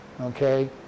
Okay